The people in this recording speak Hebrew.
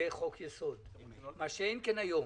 לחוק יסוד, מה שאין כן היום.